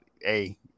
hey